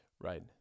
Right